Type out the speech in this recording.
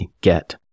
get